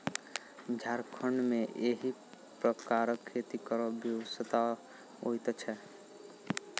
झारखण्ड मे एहि प्रकारक खेती करब विवशता होइत छै